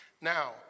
Now